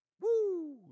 Woo